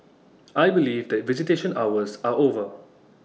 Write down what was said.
I believe that visitation hours are over